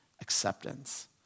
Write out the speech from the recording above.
acceptance